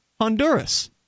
Honduras